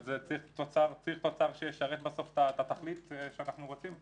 אבל צריך תוצר שישרת את התכלית שאנחנו רוצים פה.